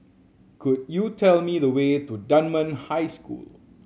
could you tell me the way to Dunman High School